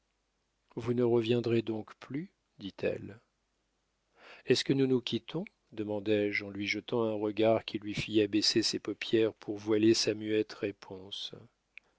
vous ne reviendrez donc plus dit-elle est-ce que nous nous quittons demandai-je en lui jetant un regard qui lui fit abaisser ses paupières pour voiler sa muette réponse